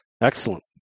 Excellent